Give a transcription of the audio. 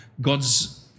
God's